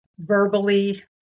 verbally